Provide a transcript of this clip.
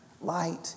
light